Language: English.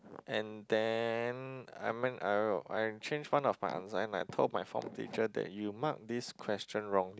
and then I mean will I change one of my answer and I told my former teacher that you mark this question wrongly